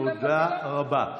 תודה רבה.